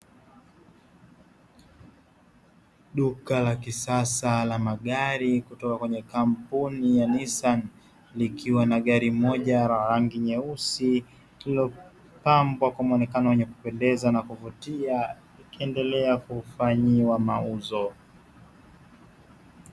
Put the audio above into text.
Duka la kisasa la magari kutoka kwenye kampuni ya Nisani, likiwa na gari moja la rangi nyeusi iliyopambwa kwa muonekano wenye kupendeza na kuvutia, likiendelea kufanyiwa mauzo.